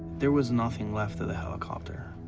there was nothing left of the helicopter.